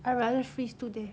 I rather freeze to death